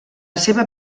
seva